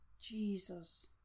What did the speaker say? Jesus